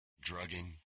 drugging